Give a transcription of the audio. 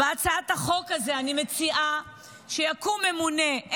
בהצעת החוק הזו אני מציעה שיקום ממונה.